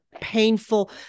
painful